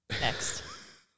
Next